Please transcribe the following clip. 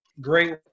great